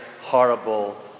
horrible